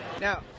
Now